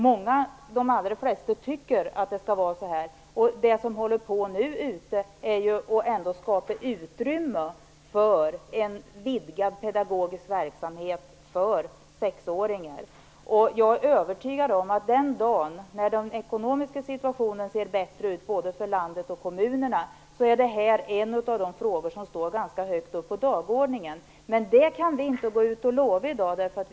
De allra flesta tycker att det skall vara så här. Nu skapas det ju ändå utrymme ute i kommunerna för en vidgad pedagogisk verksamhet för sexåringar. Jag är övertygad om att den dagen när den ekonomiska situationen ser bättre ut både för landet och för kommunerna kommer detta att vara en av de frågor som står ganska högt upp på dagordningen. Men vi kan inte gå ut och lova något i dag.